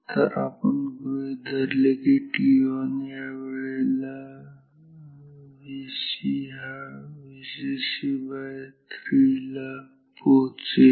जर आपण गृहीत धरले की ton या वेळेला Vc हा Vcc3 ला पोहचेल